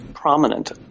Prominent